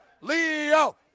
Leo